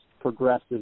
progressive